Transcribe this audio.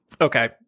Okay